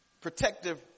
protective